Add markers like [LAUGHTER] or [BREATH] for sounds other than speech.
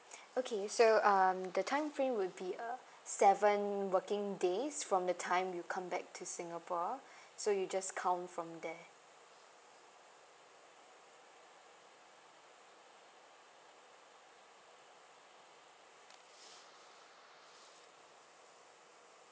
[BREATH] okay so um the time frame would be uh seven working days from the time you come back to singapore [BREATH] so you just count from there